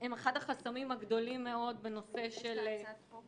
הם אחד החסמים הגדולים מאוד בנושא -- יש את הצעת החוק